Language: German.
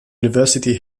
university